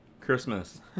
Christmas